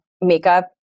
makeup